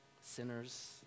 sinners